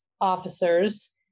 officers